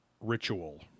Ritual